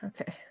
Okay